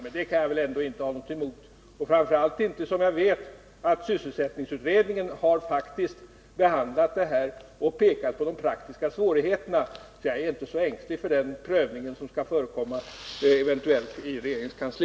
Men detta har jag inte någonting emot, framför allt då jag vet att sysselsättningsutredningen faktiskt har behandlat frågan och pekat på de praktiska svårigheterna. Så jag är positiv till den prövning som eventuellt kommer att göras i regeringens kansli.